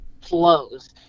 flows